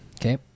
Okay